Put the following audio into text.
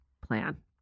plan